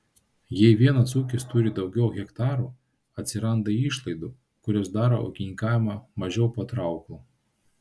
jei vienas ūkis turi daugiau hektarų atsiranda išlaidų kurios daro ūkininkavimą mažiau patrauklų